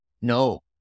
No